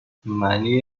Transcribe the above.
معنی